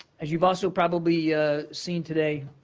as you've also probably seen today,